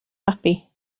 babi